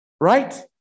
right